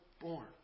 born